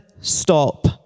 stop